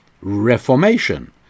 reformation